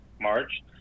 march